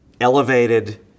elevated